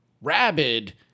Rabid